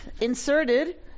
inserted